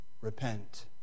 repent